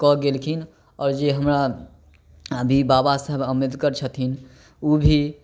कऽ गेलखिन आओर जे हमरा अभी बाबा साहेब अम्बेदकर छथिन ओ भी